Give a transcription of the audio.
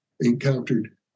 encountered